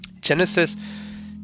Genesis